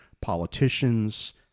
politicians